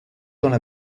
temps